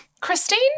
Christine